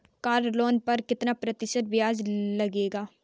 Car loan पर कितना प्रतिशत ब्याज लगेगा?